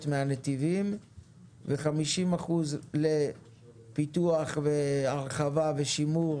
מהנתיבים ו-50% לפיתוח והרחבה ושימור